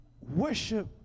worship